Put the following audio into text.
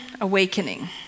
awakening